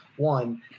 One